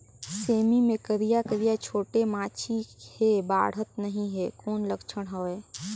सेमी मे करिया करिया छोटे माछी हे बाढ़त नहीं हे कौन लक्षण हवय?